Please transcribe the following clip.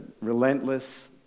relentless